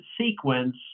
sequence